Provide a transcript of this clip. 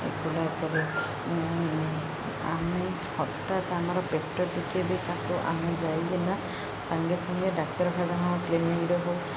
ଏଗୁଡ଼ାକରେ ଆମେ ହଠାତ୍ ଆମର ପେଟ ଟିକେ ବି କାଟୁ ଆମେ ଯାଇକିନା ସାଙ୍ଗେ ସାଙ୍ଗେ ଡାକ୍ତରଖାନା ହଁ କ୍ଲିନିକ୍ ରହୁ